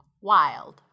Wild